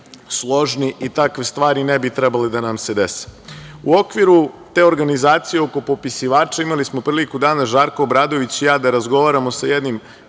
i takve stvari ne bi trebale da nam se dese.U okviru te organizacije oko popisivača imali smo priliku danas, Žarko Obradović i ja da razgovaramo sa jednim